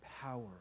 power